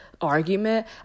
argument